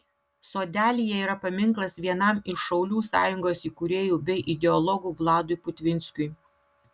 sodelyje yra paminklas vienam iš šaulių sąjungos įkūrėjų bei ideologų vladui putvinskiui